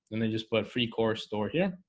then they just put freak or store. yeah